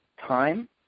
time